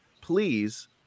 please